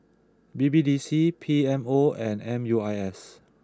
B B D C P M O and M U I S